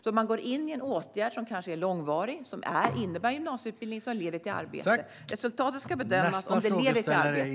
De går in i en åtgärd som kanske är långvarig som innebär gymnasieutbildning som leder till arbete. Resultatet ska bedömas om det leder till arbete.